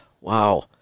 Wow